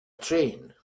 train